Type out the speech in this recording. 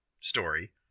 story